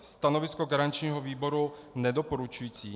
Stanovisko garančního výboru nedoporučující.